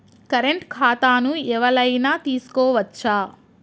Current ఖాతాను ఎవలైనా తీసుకోవచ్చా?